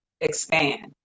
expand